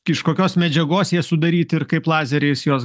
iš kokios medžiagos jie sudaryti ir kaip lazeriais juos